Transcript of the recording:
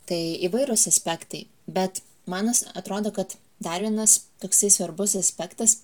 tai įvairūs aspektai bet man atrodo kad dar vienas toksai svarbus aspektas